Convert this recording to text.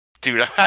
dude